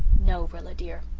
no, rilla dear,